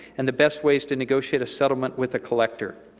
and the best ways to negotiate a settlement with a collector.